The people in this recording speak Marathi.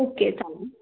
ओके चालेल